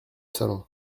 salon